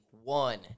one